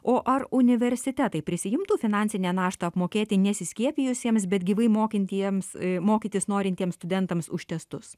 o ar universitetai prisiimtų finansinę naštą apmokėti nesiskiepijusiems bet gyvai mokantiems mokytis norintiems studentams už testus